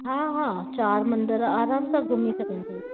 हा हा चारि मंदर आराम सां घुमी सघंदव